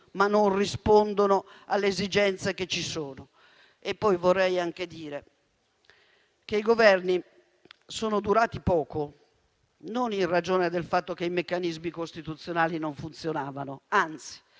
ma non rispondono alle esigenze esistenti? Vorrei anche dire che i Governi sono durati poco non in ragione del fatto che i meccanismi costituzionali non funzionavano; anzi,